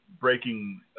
breaking –